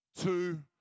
two